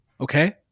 okay